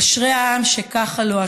אשרי העם שככה לו.